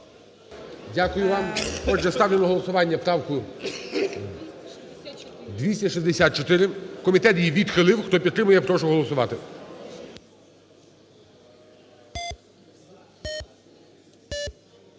Дякую. Ставлю на голосування правку 261. Комітет її відхилив. Хто підтримує, прошу проголосувати.